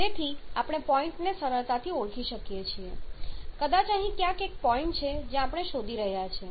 તેથી આપણે પોઇન્ટને સરળતાથી ઓળખી શકીએ છીએ કદાચ અહીં ક્યાંક એક પોઇન્ટ છે જે આપણે શોધી રહયા છીએ